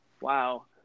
Wow